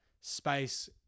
space